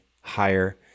higher